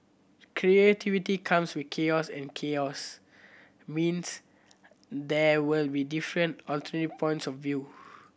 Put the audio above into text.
creativity comes with chaos and chaos means there will be different alternate points of view